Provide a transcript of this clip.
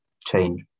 change